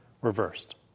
reversed